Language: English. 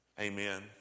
Amen